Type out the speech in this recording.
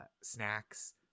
snacks